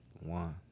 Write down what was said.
one